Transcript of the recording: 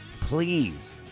please